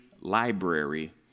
Library